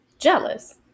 Jealous